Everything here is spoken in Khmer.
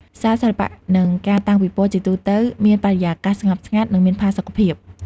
សាលសិល្បៈ និងការតាំងពិពណ៌ជាទូទៅមានបរិយាកាសស្ងប់ស្ងាត់ និងមានផាសុកភាព។